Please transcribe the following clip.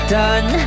done